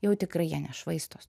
jau tikrai jie nešvaistos